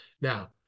Now